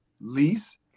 Lease